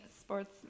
sports